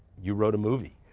you wrote a movie.